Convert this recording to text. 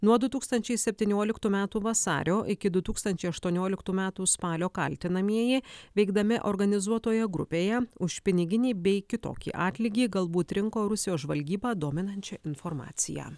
nuo du tūkstančiai septynioliktų metų vasario iki du tūstančiai aštuonioliktų metų spalio kaltinamieji veikdami organizuotoje grupėje už piniginį bei kitokį atlygį galbūt rinko rusijos žvalgybą dominančią informaciją